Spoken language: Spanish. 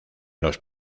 los